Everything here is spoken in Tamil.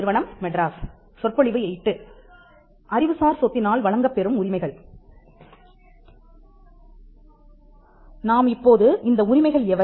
நாம் இப்போது இந்த உரிமைகள் எவை